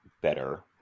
better